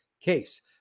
case